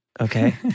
Okay